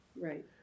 right